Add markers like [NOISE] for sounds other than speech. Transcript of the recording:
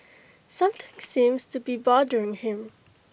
[NOISE] something seems to be bothering him